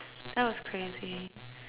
that was crazy